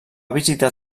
visitar